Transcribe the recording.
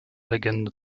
legende